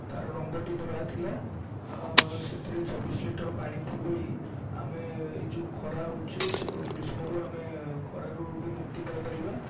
ତାର ରଙ୍ଗଟି ଧଳା ଥିଲା ସେଥିରେ ଚବିଶ ଲିଟର ପାଣି ପୁରେଇ ଆମେ ଏ ଯେଉଁ ଖରା ହେଉଛି ସେ ଗ୍ରୀଷ୍ମରୁ ଖରାରୁ ବି ମୁକ୍ତି ପାଇପାରିବା